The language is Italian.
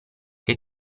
che